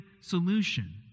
solution